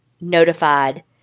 notified